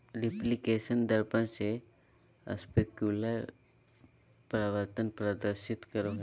reflection दर्पण से specular परावर्तन प्रदर्शित करो हइ